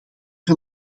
van